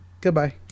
goodbye